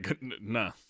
nah